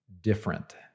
Different